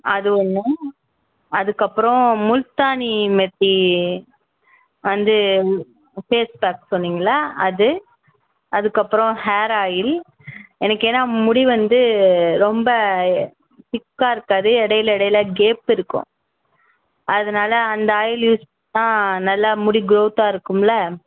அது ஒன்று அதுக்கப்புறம் முல்தானி மிட்டி வந்து ஃபேஸ் பேக் சொன்னிங்கள்லை அது அதுக்கப்புறம் ஹேர் ஆயில் எனக்கு ஏன்னால் முடி வந்து ரொம்ப திக்காக இருக்காது இடைல இடைல கேப் இருக்கும் அதனால் அந்த ஆயில் யூஸ் பண்ணிணா நல்லா முடி க்ரோத்தாக இருக்கும்லை